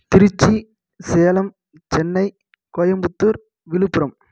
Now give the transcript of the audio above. Trichy Salem Chennai Coimbatore Villupuram